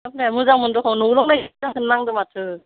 साब्लाया मोजांमोन दखन न'आव नांदों माथो